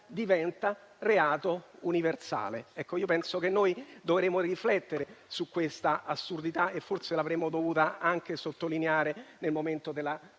diventa reato universale. Penso che dovremmo riflettere su questa assurdità e forse l'avremmo dovuta anche sottolineare, al momento della